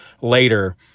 later